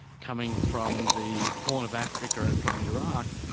coming from the horn of africa and from iraq,